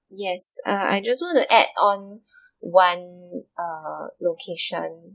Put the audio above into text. yes uh I just want to add on one uh location